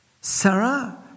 Sarah